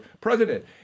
president